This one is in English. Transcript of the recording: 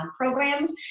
programs